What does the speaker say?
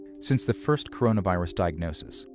since the first coronavirus diagnosis,